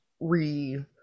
re